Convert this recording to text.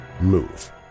move